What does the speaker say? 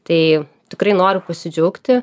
tai tikrai noriu pasidžiaugti